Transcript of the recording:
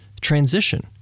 transition